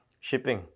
shipping